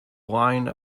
line